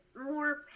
more